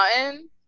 mountain